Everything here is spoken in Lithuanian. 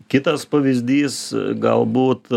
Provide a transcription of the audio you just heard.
kitas pavyzdys galbūt